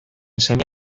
seme